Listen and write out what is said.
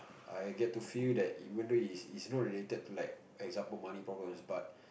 I get to feel that even though it it's not related to like example money problems but